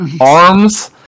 Arms